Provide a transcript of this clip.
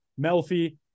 Melfi